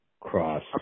cross